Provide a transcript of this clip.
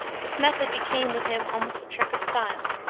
this method became with him almost a trick of style,